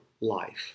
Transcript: life